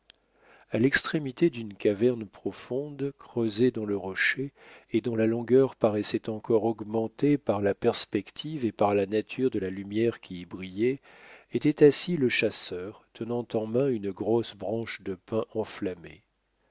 à l'extrémité d'une caverne profonde creusée dans le rocher et dont la longueur paraissait encore augmentée par la perspective et par la nature de la lumière qui y brillait était assis le chasseur tenant en main une grosse branche de pin enflammée